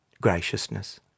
graciousness